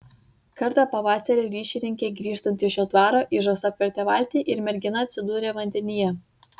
kartą pavasarį ryšininkei grįžtant iš šio dvaro ižas apvertė valtį ir mergina atsidūrė vandenyje